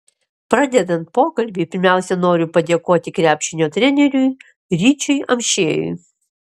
pradedant pokalbį pirmiausiai noriu padėkoti krepšinio treneriui ryčiui amšiejui